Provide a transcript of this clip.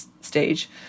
stage